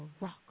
rock